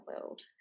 world